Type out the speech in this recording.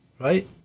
right